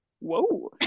whoa